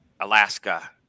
Alaska